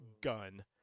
gun